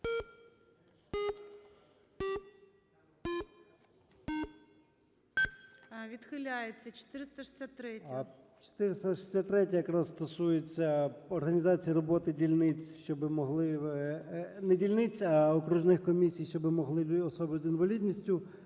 ЧЕРНЕНКО О.М. 463-я якраз стосується організації роботи дільниць, щоби могли… не дільниць, а окружних комісій, щоби могли особи з інвалідністю,